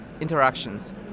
interactions